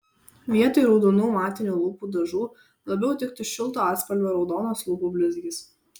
vietoj raudonų matinių lūpų dažų labiau tiktų šilto atspalvio raudonas lūpų blizgis